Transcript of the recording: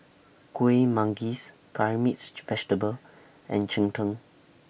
Kueh Manggis Curry Mixed Vegetable and Cheng Tng